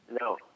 No